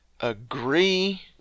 agree